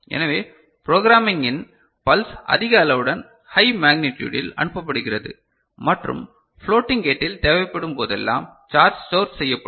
எனவே ப்ரோக்ராமிங்கின் பல்ஸ் அதிக அளவுடன் ஹை மேக்னிடுயுடில் அனுப்பப்படுகிறது மற்றும் ஃப்ளோட்டிங் கேட்டில் தேவைப்படும் போதெல்லாம் சார்ஜ் ஸ்டோர் செய்யப்படும்